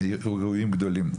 אירועים גדולים.